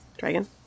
dragon